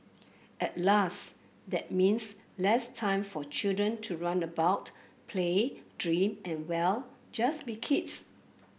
alas that means less time for children to run about play dream and well just be kids